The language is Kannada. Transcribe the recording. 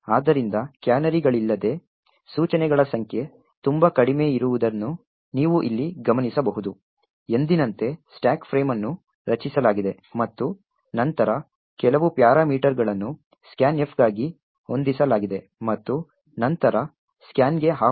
ಆದ್ದರಿಂದ ಕ್ಯಾನರಿಗಳಿಲ್ಲದೆ ಸೂಚನೆಗಳ ಸಂಖ್ಯೆ ತುಂಬಾ ಕಡಿಮೆಯಿರುವುದನ್ನು ನೀವು ಇಲ್ಲಿ ಗಮನಿಸಬಹುದು ಎಂದಿನಂತೆ ಸ್ಟಾಕ್ ಫ್ರೇಮ್ ಅನ್ನು ರಚಿಸಲಾಗಿದೆ ಮತ್ತು ನಂತರ ಕೆಲವು ಪ್ಯಾರಾಮೀಟರ್ಗಳನ್ನು scanf ಗಾಗಿ ಹೊಂದಿಸಲಾಗಿದೆ ಮತ್ತು ನಂತರ ಸ್ಕ್ಯಾನ್ಗೆ ಆಹ್ವಾನವಿದೆ